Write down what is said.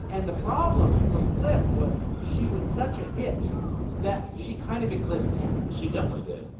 and the problem for flip was she was such a hit that she kind of eclipsed him she definitely did.